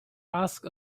ask